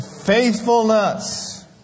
faithfulness